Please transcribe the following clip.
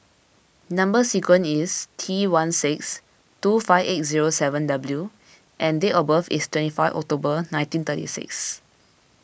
Number Sequence is T one six two five eight zero seven W and date of birth is twenty five October nineteen thirty six